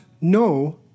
no